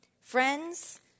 Friends